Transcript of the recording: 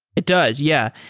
it does. yeah.